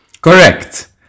Correct